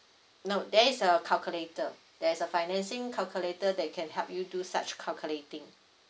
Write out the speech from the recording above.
no there is a calculator there's a financing calculator that can help you do such calculating